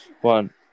One